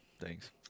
Thanks